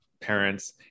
parents